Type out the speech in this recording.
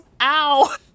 Ow